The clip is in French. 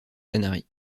canaries